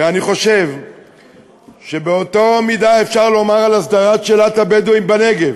ואני חושב שבאותה מידה אפשר לומר על הסדרת שאלת הבדואים בנגב,